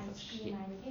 it's shit